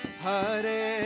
Hare